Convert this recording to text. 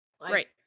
Right